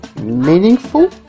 meaningful